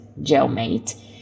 jailmate